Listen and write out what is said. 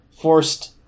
forced